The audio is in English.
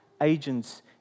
agents